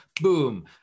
boom